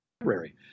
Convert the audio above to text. library